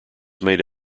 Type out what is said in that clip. made